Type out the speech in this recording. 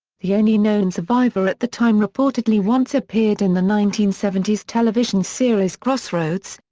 the only known survivor at the time reportedly once appeared in the nineteen seventy s television series crossroads,